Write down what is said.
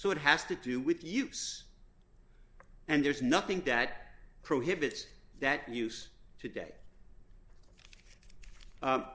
so it has to do with use and there's nothing that prohibits that use today